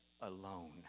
alone